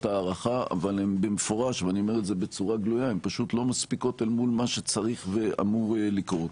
הערכה אבל הן במפורש לא מספיקות אל מול מה שצריך ואמור לקרות,